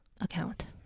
account